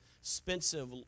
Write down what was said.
expensive